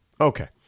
Okay